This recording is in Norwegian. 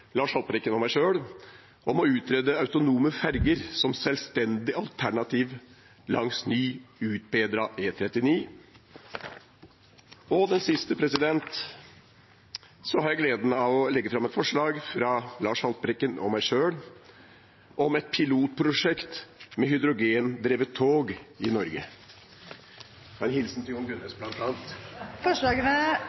Lars Haltbrekken og meg selv gleden av å legge fram et representantforslag om å utrede ferger som selvstendig alternativ langs ny og utbedret E39. Til slutt har jeg på vegne av representantene Karin Andersen, Lars Haltbrekken og meg selv gleden av å legge fram et representantforslag om pilotprosjekt med hydrogendrevet tog i Norge. – Det var en hilsen til Jon